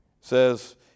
says